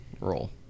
roll